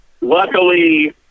luckily